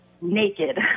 naked